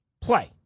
play